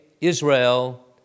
Israel